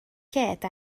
lled